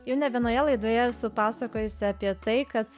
jau ne vienoje laidoje esu pasakojusi apie tai kad